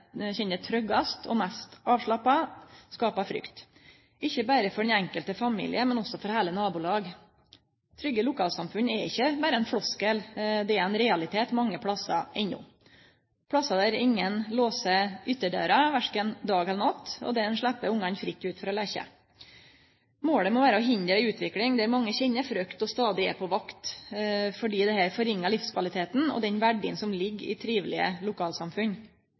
tryggast og mest avslappa, skapar frykt, ikkje berre for den enkelte familie, men også for heile nabolag. Trygge lokalsamfunn er ikkje berre ein floskel, det er ein realitet mange plassar enno, plassar der ingen låser ytterdøra verken dag eller natt, og der ein slepp ungane fritt ut for å leike. Målet må vere å hindre ei utvikling der mange kjenner frykt og stadig er på vakt, fordi dette forringar livskvaliteten og den verdien som ligg i trivelege lokalsamfunn.